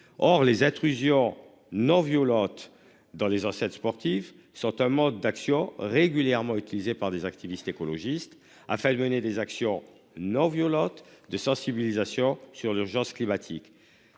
Or les intrusions non violente. Dans les enceintes sportives certains modes d'action régulièrement utilisé par des activistes écologistes a fallu mener des actions non violentes de sensibilisation sur l'urgence climatique